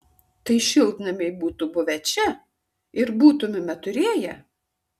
tai šiltnamiai būtų buvę čia ir būtumėme turėję